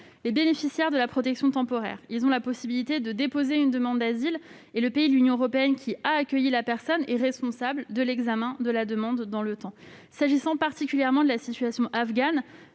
Les bénéficiaires de la protection temporaire ont la possibilité de déposer une demande d'asile, et le pays de l'Union européenne qui a accueilli la personne est responsable de l'examen de la demande dans le temps. S'agissant particulièrement de la situation afghane,